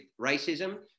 racism